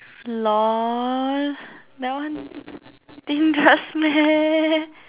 lol that one dangerous meh